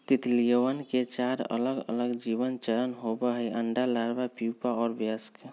तितलियवन के चार अलगअलग जीवन चरण होबा हई अंडा, लार्वा, प्यूपा और वयस्क